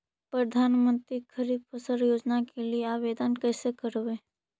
प्रधानमंत्री खारिफ फ़सल योजना के लिए आवेदन कैसे करबइ?